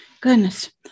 Goodness